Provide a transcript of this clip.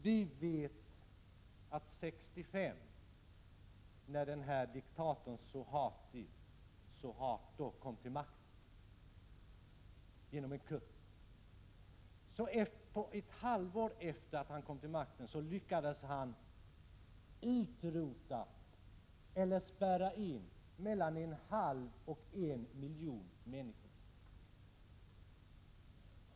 År 1965 kom diktatorn Suharto till makten genom en kupp. Vi vet att ett halvår efter det att han kommit till makten, lyckades han utrota eller spärra in mellan en halv och en miljon människor.